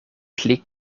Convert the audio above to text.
pli